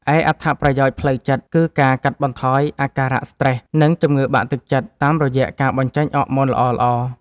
ឯអត្ថប្រយោជន៍ផ្លូវចិត្ត គឺការកាត់បន្ថយអាការៈស្រ្តេស និងជំងឺបាក់ទឹកចិត្តតាមរយៈការបញ្ចេញអ័រម៉ូនល្អៗ។